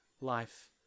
life